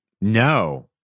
No